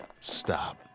stop